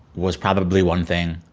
was probably one thing,